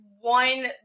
one